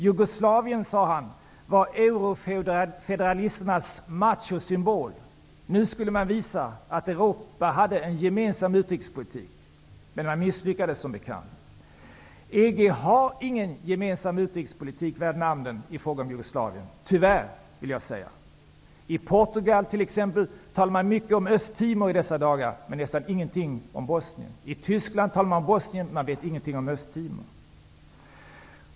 Han sade att Jugoslavien var eurofederalisternas machosymbol. Nu skulle det visas att Europa hade en gemensam utrikespolitik. Men som bekant misslyckades det. EG har ingen gemensam utrikespolitik värd namet i fråga om Jugoslavien -- tyvärr, skulle jag vilja säga. I t.ex. Portugal talar man mycket om Östtimor i dessa dagar, men nästan ingenting om Bosnien. I Tyskland talar man om Bosnien och vet ingenting om Östtimor.